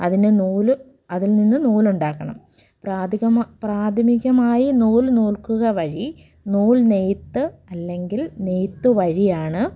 അതിന് നൂല് അതിൽ നിന്ന് നൂൽ ഉണ്ടാക്കണം പ്രാഥമിക പ്രാഥമികമായി നൂല് നൂൽക്കുക വഴി നൂൽ നെയ്ത്ത് അല്ലെങ്കിൽ നെയ്ത്ത വഴിയാണ്